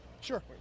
Sure